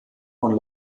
von